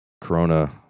Corona